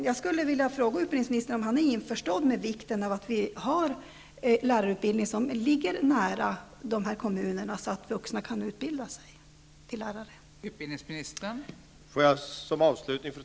Jag skulle vilja fråga utbildningsministern om han är införstådd med vikten av att vi får lärarutbildning som ligger nära dessa kommuner, så att vuxna kan utbilda sig till lärare.